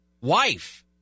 wife